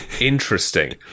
Interesting